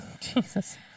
Jesus